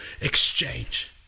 exchange